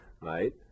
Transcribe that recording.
right